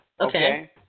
Okay